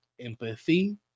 empathy